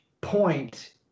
point